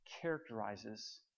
characterizes